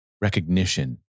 recognition